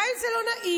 גם אם זה לא נעים,